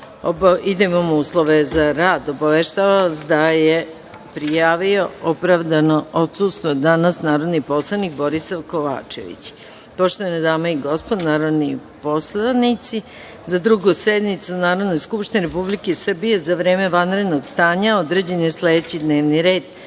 imamo uslove za današnji rad. Obaveštavam vas da je prijavio opravdano odsustvo danas narodni poslanik Borisav Kovačević. Poštovane dame i gospodo narodni poslanici, za Drugu sednicu Narodne skupštine Republike Srbije za vreme vanrednog stanja određen je sledećiD n e